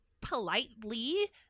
politely